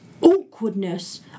awkwardness